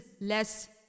less